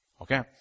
Okay